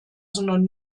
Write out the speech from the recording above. sondern